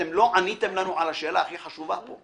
אתם לא עניתם לנו על השאלה הכי חשובה פה,